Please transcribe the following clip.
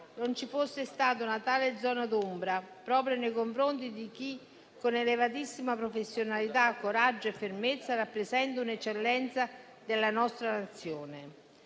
non ci fosse una tale zona d'ombra proprio nei confronti di chi, con elevatissima professionalità, coraggio e fermezza, rappresenta un'eccellenza della nostra Nazione.